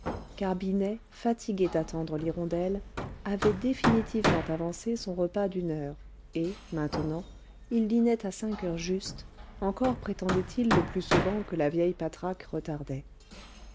fatigué d'attendre l'hirondelle avait définitivement avancé son repas d'une heure et maintenant il dînait à cinq heures juste encore prétendait-il le plus souvent que la vieille patraque retardait